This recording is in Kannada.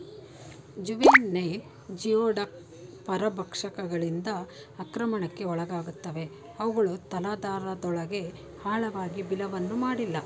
ಜುವೆನೈಲ್ ಜಿಯೋಡಕ್ ಪರಭಕ್ಷಕಗಳಿಂದ ಆಕ್ರಮಣಕ್ಕೆ ಒಳಗಾಗುತ್ತವೆ ಅವುಗಳು ತಲಾಧಾರದೊಳಗೆ ಆಳವಾಗಿ ಬಿಲವನ್ನು ಮಾಡಿಲ್ಲ